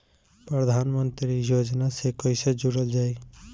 प्रधानमंत्री योजना से कैसे जुड़ल जाइ?